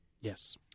Yes